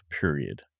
period